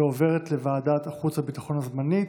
ועוברת לוועדת החוץ והביטחון הזמנית,